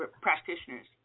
practitioners